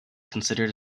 considered